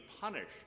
punished